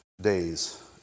days